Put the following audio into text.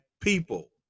people